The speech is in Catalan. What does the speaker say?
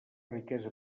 riquesa